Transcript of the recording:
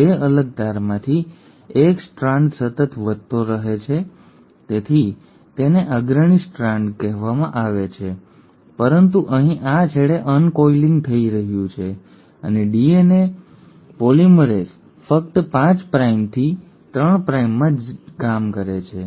2 અલગ તારમાંથી એક સ્ટ્રાન્ડ સતત વધતો રહે છે જેથી તેને અગ્રણી સ્ટ્રાન્ડ કહેવામાં આવે છે પરંતુ અહીં આ છેડે અનકોઇલિંગ થઈ રહ્યું છે અને ડીએનએ પોલિમરેઝ ફક્ત 5 પ્રાઇમથી 3 પ્રાઇમમાં જ કામ કરે છે